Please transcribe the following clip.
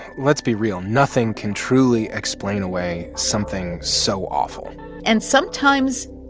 let's be real. nothing can truly explain away something so awful and sometimes,